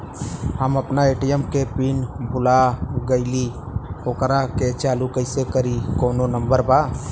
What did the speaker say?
हम अपना ए.टी.एम के पिन भूला गईली ओकरा के चालू कइसे करी कौनो नंबर बा?